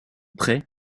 près